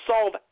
solve